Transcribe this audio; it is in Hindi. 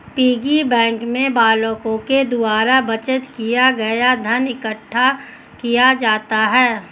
पिग्गी बैंक में बालकों के द्वारा बचत किया गया धन इकट्ठा किया जाता है